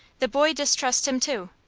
the boy distrusts him, too.